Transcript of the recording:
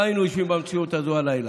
לא היינו יושבים במציאות הזאת הלילה.